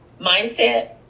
mindset